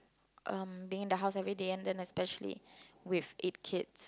um being in the house everyday and then especially with eight kids